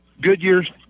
Goodyear's